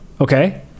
Okay